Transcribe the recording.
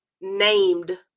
named